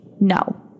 no